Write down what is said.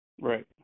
Right